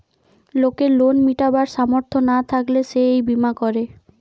লোকের লোন মিটাবার সামর্থ না থাকলে সে এই বীমা করে